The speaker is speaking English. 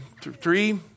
three